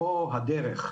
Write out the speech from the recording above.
הדרך.